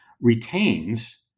retains